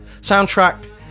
soundtrack